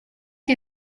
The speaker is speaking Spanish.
que